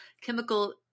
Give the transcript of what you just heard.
chemical